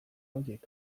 horiek